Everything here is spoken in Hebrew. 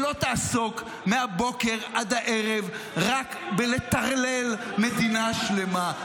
שלא תעסוק מהבוקר עד הערב רק בלטרלל מדינה שלמה.